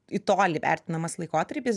į tolį vertinamas laikotarpis